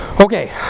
Okay